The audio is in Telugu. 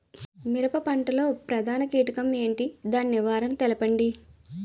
మిరప పంట లో ప్రధాన కీటకం ఏంటి? దాని నివారణ తెలపండి?